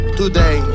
today